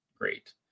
great